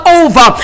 over